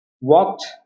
walked